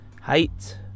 height